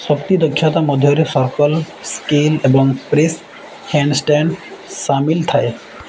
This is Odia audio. ଶକ୍ତି ଦକ୍ଷତା ମଧ୍ୟରେ ସର୍କଲ୍ ସ୍କେଲ୍ ଏବଂ ପ୍ରେସ୍ ହ୍ୟାଣ୍ଡ ଷ୍ଟାଣ୍ଡ ସାମିଲ ଥାଏ